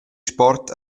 sport